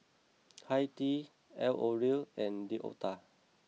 Hi Tea L'Oreal and D Oetker